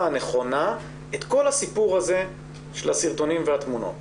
הנכונה את כל הסיפור הזה של הסרטונים והתמונות.